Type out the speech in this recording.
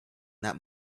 that